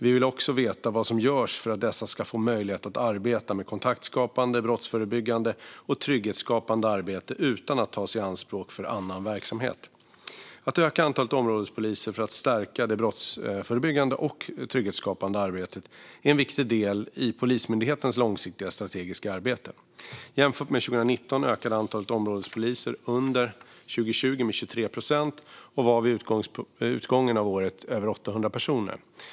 Vi vill också veta vad som görs för att dessa ska få möjlighet att arbeta med kontaktskapande, brottsförebyggande och trygghetsskapande arbete utan att tas i anspråk för annan verksamhet. Att öka antalet områdespoliser för att stärka det brottsförebyggande och trygghetsskapande arbetet är en av viktig del i Polismyndighetens långsiktiga strategiska arbete. Jämfört med 2019 ökade antalet områdespoliser under 2020 med 23 procent och var vid utgången av året över 800 personer.